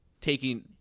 taking